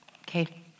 Okay